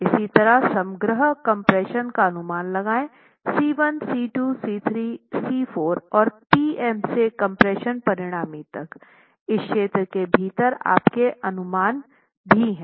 इसी तरह समग्र कम्प्रेशन का अनुमान लगाएँ C1 C2 C3 C4 and Pm से कम्प्रेशन परिणामी तक इस क्षेत्र के भीतर आपके अनुमान भी हैं